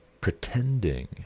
pretending